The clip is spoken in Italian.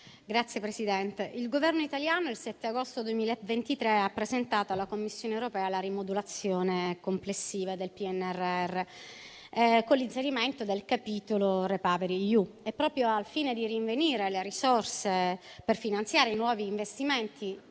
il 7 agosto 2023 il Governo italiano ha presentato alla Commissione europea la rimodulazione complessiva del PNRR con l'inserimento del capitolo REPower EU e, proprio al fine di rinvenire le risorse per finanziare i nuovi investimenti